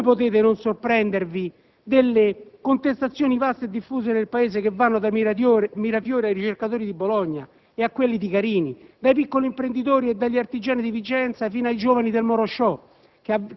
Come potete non sorprendervi delle contestazioni vaste e diffuse nel Paese che vanno da Mirafiori ai ricercatori di Bologna e a quelli di Carini, dai piccoli imprenditori e dagli artigiani di Vicenza fino ai giovani del Motor